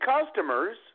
customers